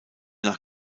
nach